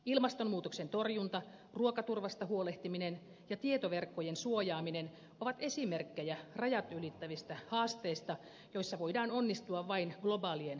ilmastonmuutoksen torjunta ruokaturvasta huolehtiminen ja tietoverkkojen suojaaminen ovat esimerkkejä rajat ylittävistä haasteista joissa voidaan onnistua vain globaalien sitoumusten kautta